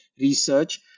research